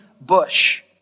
bush